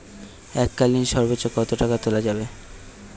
এককালীন সর্বোচ্চ কত টাকা তোলা যাবে?